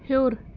ہیوٚر